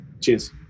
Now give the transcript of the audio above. cheers